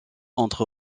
entre